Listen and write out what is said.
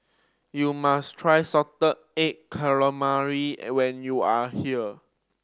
you must try salted egg calamari when you are here